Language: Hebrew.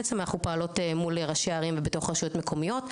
בעצם אנחנו פועלת מול ראשי ערים ובתוך ראשויות מקומיות,